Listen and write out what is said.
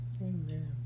Amen